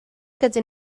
gyda